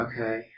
Okay